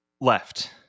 left